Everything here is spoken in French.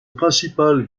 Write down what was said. principal